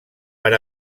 per